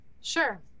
Sure